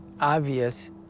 obvious